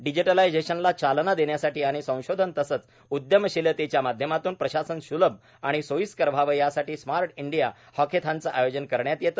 डिजिटलायजेशनला चालना देण्यासाठी आणि संशोधन तसंच उद्यमशिलतेच्या माध्यमातून प्रशासन सूलभ आणि सोयीस्कर व्हावं यासाठी स्मार्ट इंडीया हॅकेथॉनचं आयोजन करण्यात येते